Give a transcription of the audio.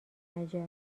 عجب